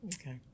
Okay